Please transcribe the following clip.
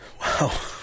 Wow